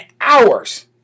hours